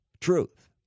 truth